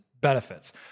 benefits